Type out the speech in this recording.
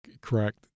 Correct